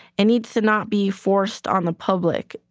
it needs to not be forced on the public.